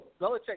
Belichick